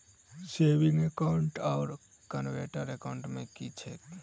Saving account आओर current account की छैक?